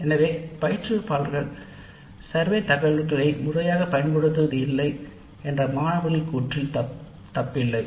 எனவே பயிற்றுனர்கள் சர்வே டேட்டாவை உண்மையாக பயன்படுத்துவது இல்லை என்ற மாணவர்களின் கூற்றில் தவறில்லை